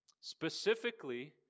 Specifically